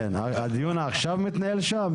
הדיון מתנהל שם עכשיו?